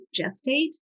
gestate